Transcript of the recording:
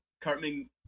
Cartman